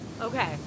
Okay